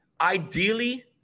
ideally